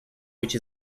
which